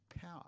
power